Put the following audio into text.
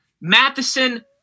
Matheson